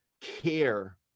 care